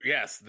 Yes